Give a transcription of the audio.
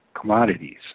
commodities